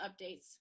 updates